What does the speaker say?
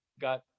got